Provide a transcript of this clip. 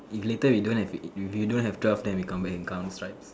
if later we don't have if you don't have twelve then we come back and count stripes